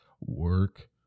work